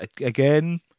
again